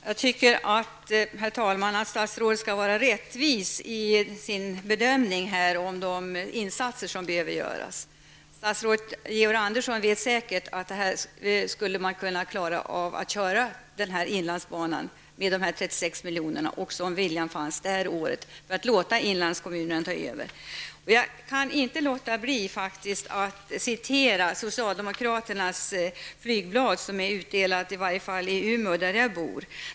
Herr talman! Jag tycker att statsrådet skall vara rättvis i sin bedömning när det gäller de insatser som behöver göras. Statsrådet Georg Andersson vet säkert att man också skulle kunna köra inlandsbanan under det här året med dessa 36 milj.kr. om viljan fanns, och sedan låta inlandskommunerna ta över. Jag kan inte låta bli att citera socialdemokraternas flygblad som har delats ut i Umeå där jag bor.